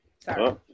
Sorry